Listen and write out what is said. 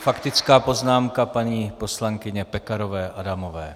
Faktická poznámka paní poslankyně Pekarové Adamové.